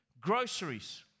Groceries